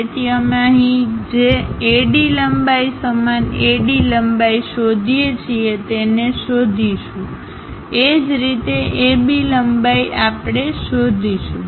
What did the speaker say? તેથી અમે અહીં જે AD લંબાઈ સમાન AD લંબાઈ શોધીએ છીએ તેને શોધીશું A જ રીતે AB લંબાઈ આપણે શોધીશું